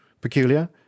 peculiar